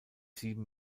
sieben